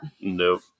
Nope